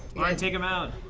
ryan, take them out.